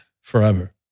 Forever